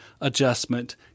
adjustment